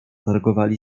targowali